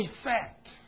effect